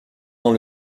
dans